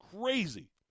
crazy